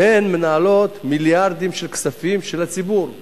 קובע הסדרים מיוחדים ביחס לחברות ציבוריות